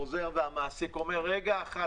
חוזר והמעסיק אומר: רגע אחד,